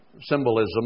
symbolism